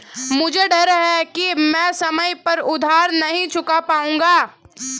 मुझे डर है कि मैं समय पर उधार नहीं चुका पाऊंगा